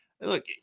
Look